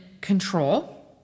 control